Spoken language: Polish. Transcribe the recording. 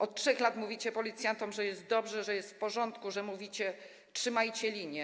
Od 3 lat mówicie policjantom, że jest dobrze, że jest w porządku, mówicie: „trzymajcie linię”